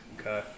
Okay